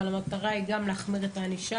אבל המטרה היא גם להחמיר את הענישה,